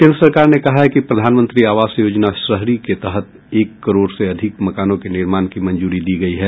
केंद्र सरकार ने कहा है कि प्रधानमंत्री आवास योजना शहरी के तहत एक करोड़ से अधिक मकानों के निर्माण की मंजूरी दी गई है